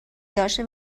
داشت